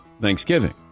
Thanksgiving